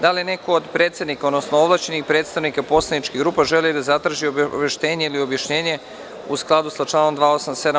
Da li neko od predsednika, odnosno ovlašćenih predstavnika poslaničkih grupa želi da zatraži obaveštenje ili objašnjenje u skladu sa članom 287.